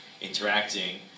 interacting